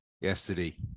yesterday